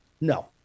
No